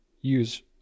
use